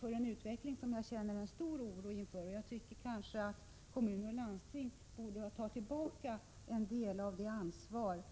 för en utveckling som jag känner en stor oro inför. Kommuner och landsting borde nogsamt undersöka vad det hela handlar om och kanske ta tillbaka en del av sitt ansvar.